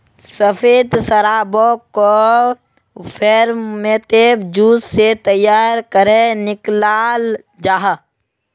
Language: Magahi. सफ़ेद शराबोक को फेर्मेंतेद जूस से तैयार करेह निक्लाल जाहा